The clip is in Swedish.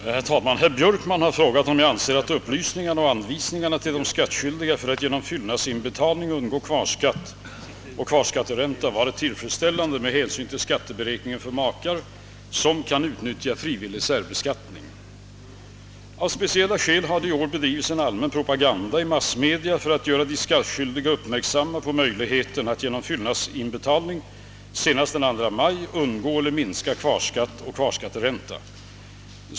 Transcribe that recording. Herr talman! Herr Björkman har frågat, om jag anser att upplysningarna och anvisningarna till de skattskyldiga för att genom fyllnadsinbetalning undgå kvarskatt och kvarskatteränta varit tillfredsställande med hänsyn till skatteberäkningen för makar som kan utnyttja frivillig särbeskattning. Av speciella skäl har det i år bedrivits en allmän propaganda i massmedia för att göra de skattskyldiga uppmärksamma på möjligheten att genom fyllnadsbetalning senast den 2 maj undgå eller minska kvarskatt och kvarskatteränta.